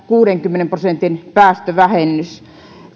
kuudenkymmenen prosentin päästövähennys jo kaksituhattakolmekymmentä